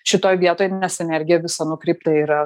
šitoj vietoj nes energija visa nukreipta yra